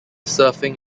surfing